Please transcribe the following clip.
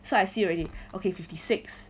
so I see already okay fifty six